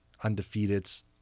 undefeateds